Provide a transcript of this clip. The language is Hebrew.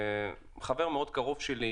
חבר מאוד קרוב שלי